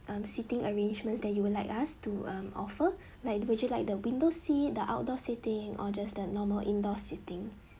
um seating arrangements that you would like us to um offer like would you like the window seat the outdoor seating or just the normal indoors seating